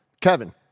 Kevin